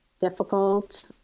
difficult